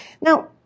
Now